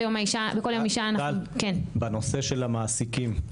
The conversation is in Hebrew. בנושא של המעסיקים,